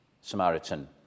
samaritan